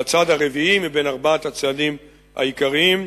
והצעד הרביעי בצעדים העיקריים: